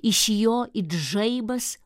iš jo it žaibas